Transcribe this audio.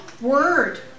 Word